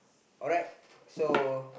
alright so